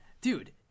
dude